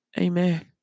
Amen